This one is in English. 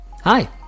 Hi